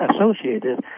associated